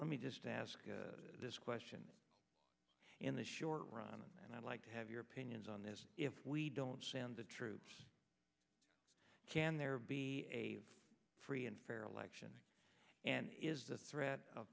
let me just ask this question in the short run and i'd like to have your opinions on this if we don't send the troops can there be a free and fair election and is the threat of